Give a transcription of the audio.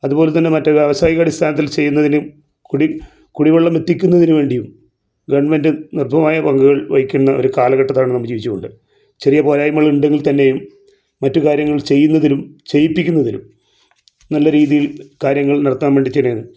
അതുപോലെ തന്നെ മറ്റ് വ്യവസായിക അടിസ്ഥാനത്തിൽ ചെയ്യുന്നതിനും കുടി കുടി വെള്ളം എത്തിയ്ക്കുന്നതിനു വേണ്ടിയും ഗെവൺമൻട് നിർഭമായ പങ്ക്കൾ വഹിയ്ക്കുന്ന ഒര് കാലഘട്ടത്താണ് നമ്മൾ ജീവിച്ചു പോന്നത് ചെറിയ പോരായ്മകൾ ഉണ്ടെങ്കിൽ തന്നെയും മറ്റു കാര്യങ്ങൾ ചെയ്യുന്നതിനും ചെയ്യിപ്പിക്കുന്നതിനും നല്ല രീതിയിൽ കാര്യങ്ങൾ നടത്താൻ വേണ്ടി തന്നെയാണ്